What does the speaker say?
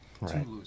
Right